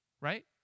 Right